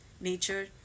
nature